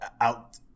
out